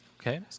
Okay